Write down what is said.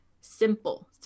simple